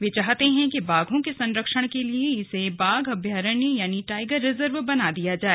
वे चाहते हैं कि बाघों के संरक्षण के लिए इसे बाघ अभयारण्य यानि टाइगर रिजर्व बना दिया जाए